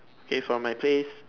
okay from my place